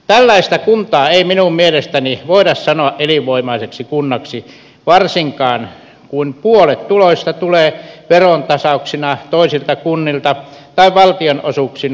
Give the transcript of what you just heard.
tällaista kuntaa ei minun mielestäni voida sanoa elinvoimaiseksi kunnaksi varsinkaan kun puolet tuloista tulee verontasauksina toisilta kunnilta tai valtionosuuksina valtiolta